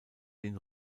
den